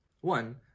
One